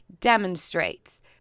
demonstrates